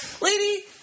Lady